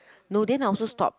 no then I also stop